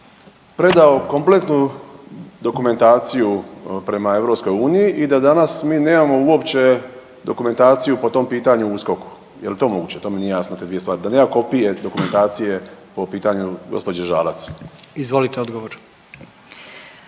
predao kompletnu dokumentaciju prema EU i da danas mi nemamo uopće dokumentaciju po tom pitanju u USKOK-u jel to moguće, to mi nije jasno te dvije stvari da nema kopije dokumentacije o pitanju gospođe Žalac? **Jandroković,